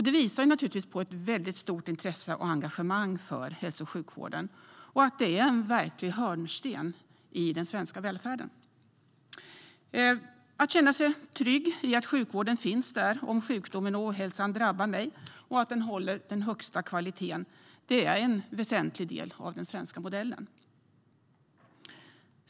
Det visar på ett stort intresse och engagemang för hälso och sjukvården och att den är en verklig hörnsten i den svenska välfärden. Att känna sig trygg i att sjukvården finns där om sjukdomen och ohälsan drabbar en och att den håller högsta kvalitet är en väsentlig del av den svenska modellen.